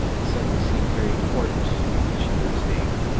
it suddenly seemed very important that she knew his name.